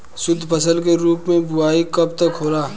शुद्धफसल के रूप में बुआई कब तक होला?